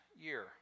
year